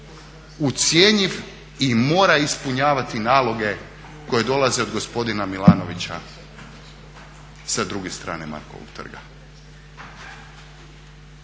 ucjenjiv i mora ispunjavati naloge koji dolaze od gospodina Milanovića sa druge strane Markovog trga.